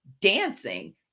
dancing